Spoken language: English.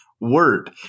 word